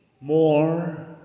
more